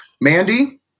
Mandy